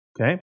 Okay